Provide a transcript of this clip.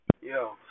Yo